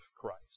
Christ